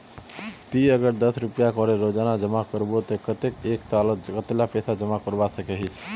ती अगर दस रुपया करे रोजाना जमा करबो ते कतेक एक सालोत कतेला पैसा जमा करवा सकोहिस?